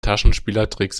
taschenspielertricks